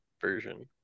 version